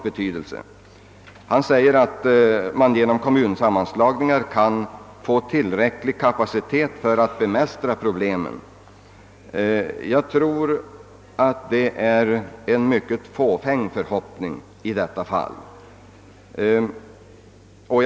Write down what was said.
Inrikesministern säger, att man genom kommunsammanslagningar kan få tillräcklig kapacitet för att bemästra problemen. Jag tror att detta när det gäller sysselsättningsfrågorna är en fåfäng förhoppning.